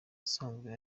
asanzwe